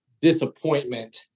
disappointment